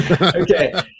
Okay